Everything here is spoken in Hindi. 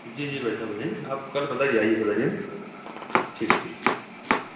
जी जी भाई साहब हैं आप कल पधारिए आइए पधारिए हैं जी आप हैं जी ठीक ठीक